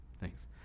Thanks